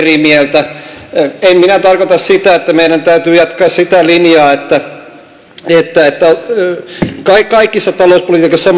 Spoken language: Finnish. en minä tarkoita sitä että meidän täytyy jatkaa kaikessa talouspolitiikassa samaa linjaa kuin edellinen hallitus